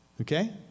Okay